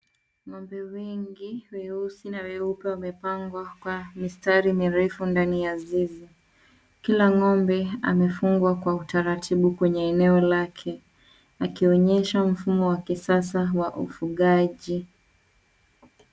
Ng'ombe wengi weusi na weupe wakiwa wamepangwa kwa mstari mirefu ndani ya zizi. Kila ng'ombe amefungwa kwa utaratibu kwenye eneo lake. Akionyesha mfumo wa kisasa wa ufugaji.